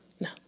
No